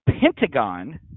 Pentagon